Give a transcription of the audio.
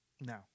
No